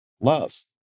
love